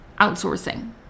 Outsourcing